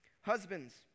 Husbands